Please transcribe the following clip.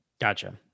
Gotcha